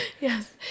Yes